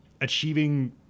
achieving